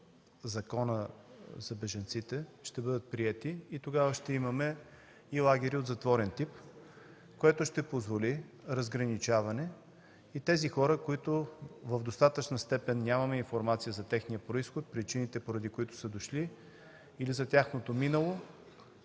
Закона за бежанците, ще бъдат приети и тогава ще имаме и лагери от затворен тип, което ще позволи разграничаване. Тези хора, за които в достатъчна степен нямаме информация за техния произход, причините, поради които са дошли или за тяхното минало,